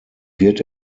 wird